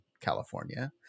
California